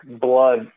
blood